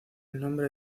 nombre